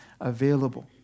available